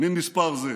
ממספר זה.